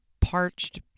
parched